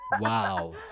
Wow